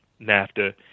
NAFTA